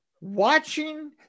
watching